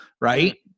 right